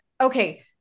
okay